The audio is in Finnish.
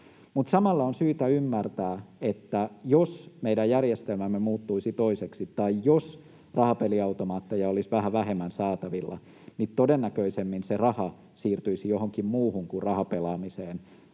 Samalla on syytä ymmärtää, että jos meidän järjestelmämme muuttuisi toiseksi tai jos rahapeliautomaatteja olisi vähän vähemmän saatavilla, niin todennäköisemmin se raha siirtyisi johonkin muuhun kuin rahapelaamiseen,